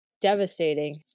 devastating